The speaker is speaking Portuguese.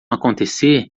acontecer